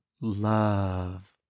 love